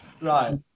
Right